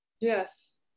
Yes